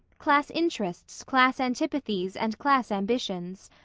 class interests, class antipathies and class ambitions.